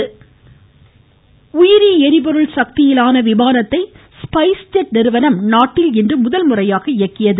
மமமமம உயிரி விமானம் உயிரி எரிபொருள் சக்தியிலான விமானத்தை ஸ்பைஸ்ஜெட் நிறுவனம் நாட்டில் இன்று முதன்முறையாக இயக்கியது